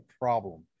problem